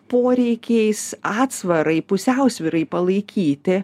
poreikiais atsvarai pusiausvyrai palaikyti